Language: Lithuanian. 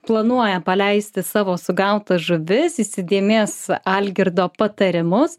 planuoja paleisti savo sugautas žuvis įsidėmės algirdo patarimus